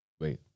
wait